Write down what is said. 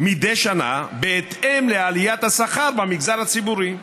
מדי שנה בהתאם לעליית השכר במגזר הציבורי.